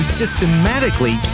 systematically